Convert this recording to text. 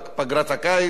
פגרת הקיץ.